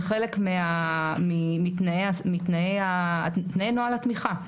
זה חלק מתנאי נוהל התמיכה.